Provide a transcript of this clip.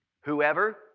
Whoever